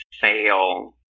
fail